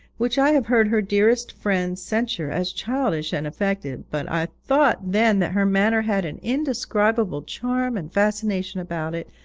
which i have heard her dearest friends censure as childish and affected, but i thought then that her manner had an indescribable charm and fascination about it,